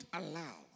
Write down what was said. allow